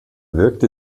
wirkte